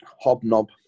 Hobnob